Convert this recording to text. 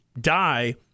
die